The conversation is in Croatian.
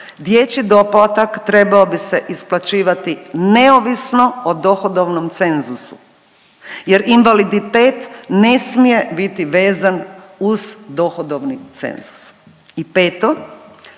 dječji doplatak trebao bi se isplaćivati neovisno o dohodovnom cenzusu jer invaliditet ne smije biti vezan uz dohodovni cenzus. I peto,